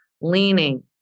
leaning